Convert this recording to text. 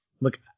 Look